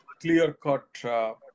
clear-cut